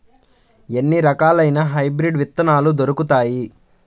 ఎన్ని రకాలయిన హైబ్రిడ్ విత్తనాలు దొరుకుతాయి?